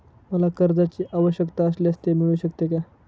मला कर्जांची आवश्यकता असल्यास ते मिळू शकते का?